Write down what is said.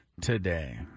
today